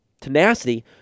tenacity